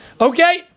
Okay